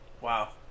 Wow